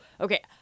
okay